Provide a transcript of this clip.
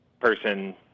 person